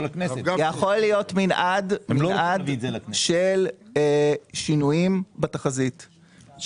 יכול להיות מנעד של שינויים בתחזית,